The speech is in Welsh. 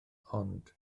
ond